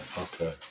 Okay